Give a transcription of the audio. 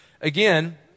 Again